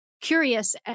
curious